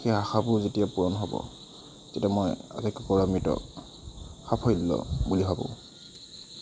সেই আশাবোৰ যেতিয়া পূৰণ হ'ব তেতিয়া মই আটাইতকৈ গৌৰৱান্বিত সাফল্য বুলি ভাবোঁ